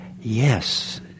Yes